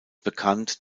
bekannt